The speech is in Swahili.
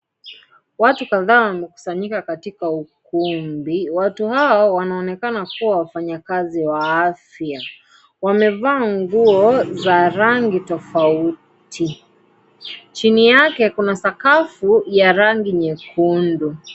Watu kadhaa wamekusanyika katika ukumbi. Watu hao wanaonekana kuwa wafanyakazi wa afya. Wamevaa nguo za rangi tofauti. Chini yake kuna sakafu ya rangi nyekundu.